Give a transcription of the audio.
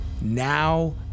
now